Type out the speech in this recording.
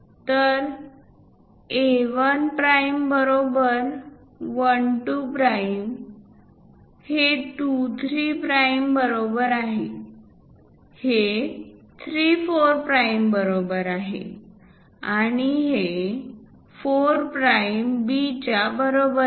तर A 1 prime बरोबर 1 2 prime हे 2 3 प्राइम बरोबर आहे हे 3 4 प्राइम बरोबर आहे आणि हे 4 प्राइम B च्या बरोबरीने